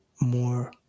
more